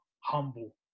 Humble